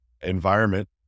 environment